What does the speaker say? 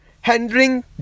handling